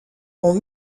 ont